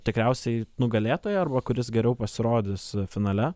tikriausiai nugalėtoją arba kuris geriau pasirodys finale